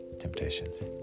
Temptations